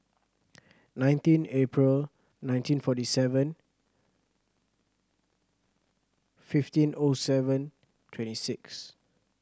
nineteen April nineteen forty seven fifteen O seven twenty six